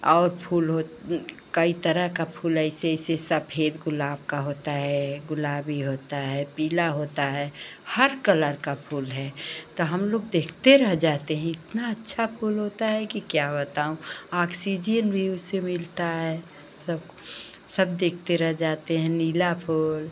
और फूल हो कई तरह का फूल ऐसे ऐसे सफेद गुलाब का होता है गुलाबी होता है पीला होता है हर कलर का फूल है तो हमलोग देखते रह जाते हैं इतना अच्छा फूल होता है कि क्या बताऊँ ऑक्सीजन भी उससे मिलता है सब देखते रह जाते हैं नीला फूल